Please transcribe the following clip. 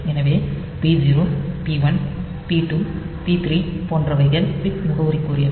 எனவே P0 P1 P2 P3 போன்றவைகள் bit முகவரிக்குரியவை